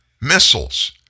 missiles